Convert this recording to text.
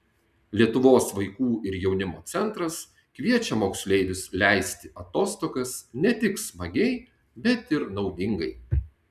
lietuvos vaikų ir jaunimo centras kviečia moksleivius leisti atostogas ne tik smagiai bet ir naudingai